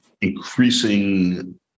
increasing